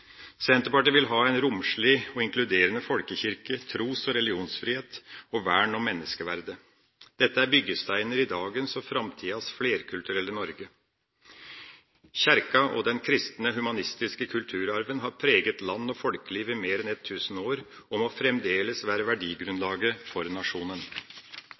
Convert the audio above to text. Senterpartiet vil ha en romslig og inkluderende folkekirke, tros- og religionsfrihet og vern om menneskeverdet. Dette er byggesteiner i dagens og framtidas flerkulturelle Norge. Kirka og den kristne, humanistiske kulturarven har preget land og folkeliv i mer enn 1 000 år, og må fremdeles være verdigrunnlaget for nasjonen.